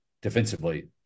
defensively